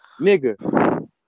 nigga